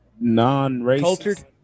non-racist